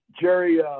Jerry